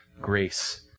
grace